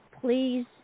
Please